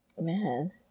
Man